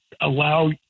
allow –